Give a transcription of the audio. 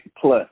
plus